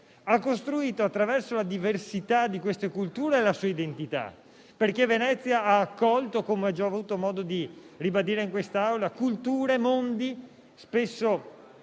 inoltre, attraverso la diversità di queste culture la sua identità perché Venezia ha accolto, come ho già avuto modo di ribadire in quest'Aula, culture e mondi spesso